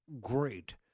great